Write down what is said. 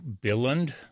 Billund